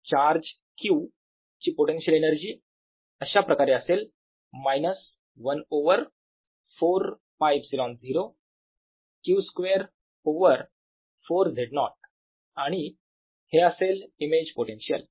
charge q ची potential energy अशाप्रकारे असेल minus 1 over 4 π ε0 q2 over 4 Z0 आणि हे असेल इमेज पोटेन्शियल